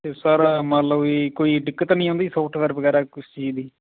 ਅਤੇ ਸਰ ਮੰਨ ਲਓ ਵੀ ਕੋਈ ਦਿੱਕਤ ਨਹੀਂ ਆਉਂਦੀ ਸੋਫਟਵੇਅਰ ਵਗੈਰਾ ਕਿਸ ਚੀਜ਼ ਦੀ